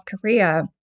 Korea